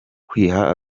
kwiha